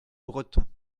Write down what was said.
breton